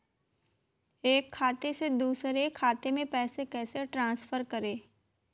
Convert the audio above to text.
एक खाते से दूसरे खाते में पैसे कैसे ट्रांसफर करें?